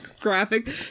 graphic